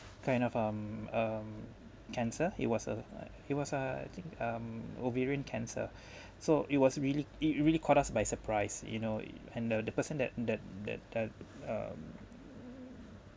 kind of um um cancer it was a it was a I think um ovarian cancer so it was really it really caught us by surprise you know and the the person that that that that um